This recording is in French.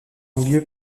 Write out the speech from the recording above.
milieu